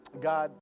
God